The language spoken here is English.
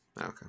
Okay